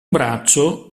braccio